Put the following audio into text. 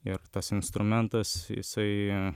ir tas instrumentas jisai